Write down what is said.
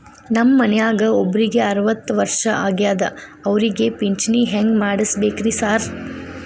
ನಮ್ ಮನ್ಯಾಗ ಒಬ್ರಿಗೆ ಅರವತ್ತ ವರ್ಷ ಆಗ್ಯಾದ ಅವ್ರಿಗೆ ಪಿಂಚಿಣಿ ಹೆಂಗ್ ಮಾಡ್ಸಬೇಕ್ರಿ ಸಾರ್?